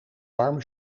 warme